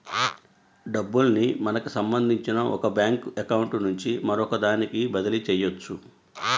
డబ్బుల్ని మనకి సంబంధించిన ఒక బ్యేంకు అకౌంట్ నుంచి మరొకదానికి బదిలీ చెయ్యొచ్చు